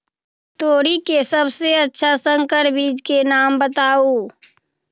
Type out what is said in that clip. तोरी के सबसे अच्छा संकर बीज के नाम बताऊ?